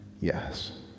Yes